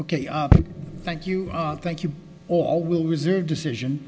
ok thank you thank you all will reserve decision